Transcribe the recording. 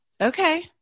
Okay